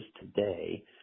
today